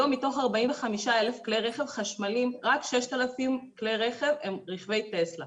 היום מתוך 45,000 כלי רכב חשמליים רק 6,000 כלי רכב הם רכבי טסלה.